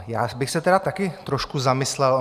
Já bych se tedy taky trošku zamyslel.